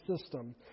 system